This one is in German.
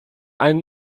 einen